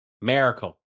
Miracle